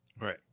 Right